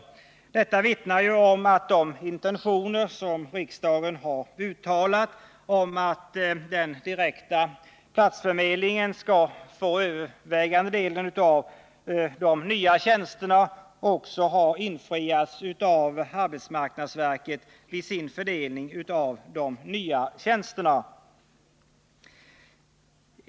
Detta vittnar om att de av riksdagen uttalade intentionerna om att den direkta platsförmedlingen skall få den övervägande delen av de nya tjänsterna också har infriats av arbetsmarknadsverket vid dess fördelning av de nya tjänsterna.